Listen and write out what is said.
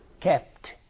kept